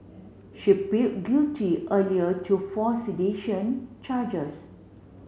she build guilty earlier to four sedition charges